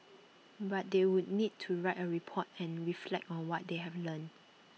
but they would need to write A report and reflect on what they have learnt